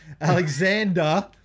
Alexander